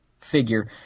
figure –